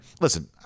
listen